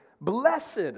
Blessed